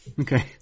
Okay